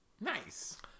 Nice